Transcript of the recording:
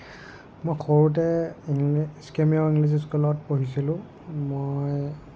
মই সৰুতে ইংলিছ স্কেমিয়' ইংলিছ স্কুলত পঢ়িছিলোঁ মই